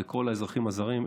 זה כל האזרחים הזרים,